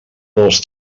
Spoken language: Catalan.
dels